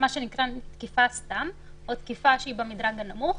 שנקרא תקיפה סתם או תקיפה שהיא במדרג הנמוך.